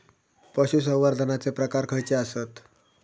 पशुसंवर्धनाचे प्रकार खयचे आसत?